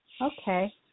Okay